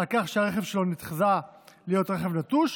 על כך שהרכב שלו נחזה להיות רכב נטוש,